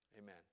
Amen